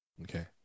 Okay